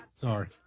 Sorry